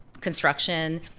construction